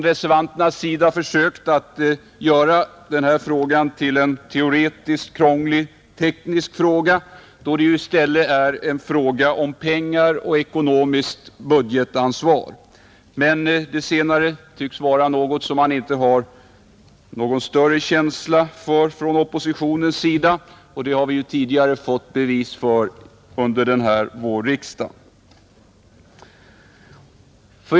Reservanterna har försökt göra hela den här frågan till en teoretiskt krånglig, teknisk fråga då det i stället är en fråga om pengar och ekonomiskt budgetansvar. Det senare tycks vara något som man inte har någon större känsla för från oppositionens sida, och det har vi tidigare fått bevis för under den här vårriksdagen.